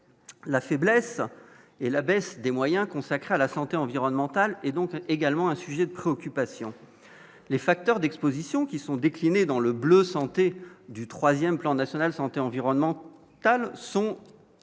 la faiblesse et la baisse des moyens consacrés à la santé environnementale et donc également un sujet de préoccupation, les facteurs d'Exposition qui sont déclinés dans le bleu santé du 3ème Plan national santé environnement sont correctement